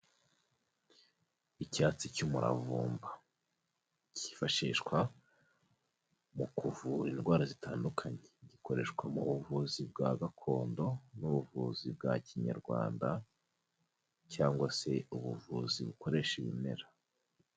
Icyatsi cy'umuravumba. Cyifashishwa, mu kuvura indwara zitandukanye. Gikoreshwa mu buvuzi bwa gakondo, n'ubuvuzi bwa kinyarwanda, cyangwa se ubuvuzi bukoresha ibimera.